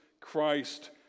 Christ